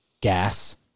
gas